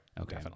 okay